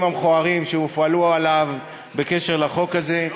המכוערים שהופעלו עליו בקשר לחוק הזה.